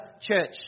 church